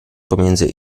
pomiędzy